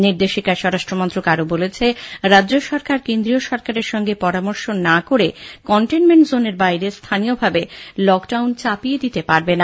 নির্দেশিকায় স্বরাষ্ট্র মন্ত্রক আরো বলেছে রাজ্য সরকার কেন্দ্রীয় সরকারের সঙ্গে পরামর্শ না করে কনটেনমেন্ট জোনের বাইরে স্থানীয়ভাবে লকডাউন চাপিয়ে দিতে পারবে না